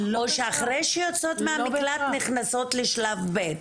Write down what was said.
או שאחרי שיוצאות מהמקלט נכנסות לשלב ב'?